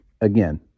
Again